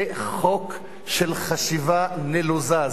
זה חוק של חשיבה נלוזה.